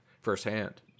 firsthand